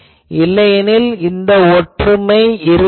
இல்லையெனில் இந்த ஒற்றுமை இருக்காது